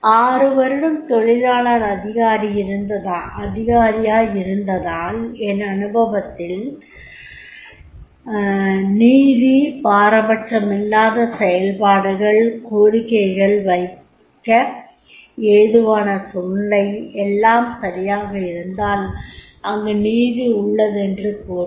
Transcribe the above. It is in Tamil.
6 வருடம் தொழிலாளர் அதிகாரியாயிருந்ததால் என் அனுபவத்தில் நீதி பாரபச்சமில்லாத செயல்பாடுகள் கோரிக்கைகளை வைக்க ஏதுவான சூழ்நிலை எல்லாம் சரியாக இருந்தால் அங்கு நீதி உள்ளதென்று பொருள்